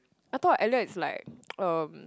I thought elliot is like um